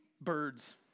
birds